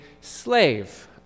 slave